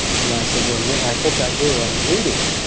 and i said to him, yeah, i think i do. i'm bleeding.